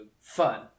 fun